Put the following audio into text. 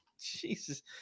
Jesus